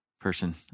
person